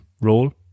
role